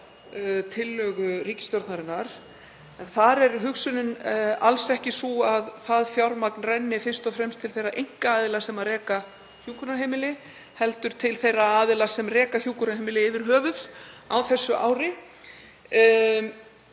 ríkisstjórnarinnar. Þar er hugsunin alls ekki sú að það fjármagn renni fyrst og fremst til þeirra einkaaðila sem reka hjúkrunarheimili heldur til þeirra aðila sem reka hjúkrunarheimili yfir höfuð á þessu ári.